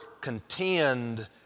contend